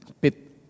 pit